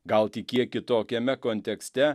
gal tik kiek kitokiame kontekste